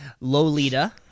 Lolita